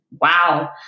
wow